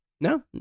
No